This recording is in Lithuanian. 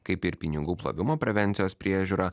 kaip ir pinigų plovimo prevencijos priežiūra